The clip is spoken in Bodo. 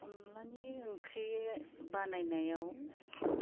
अनलानि ओंख्रि बानायनायाव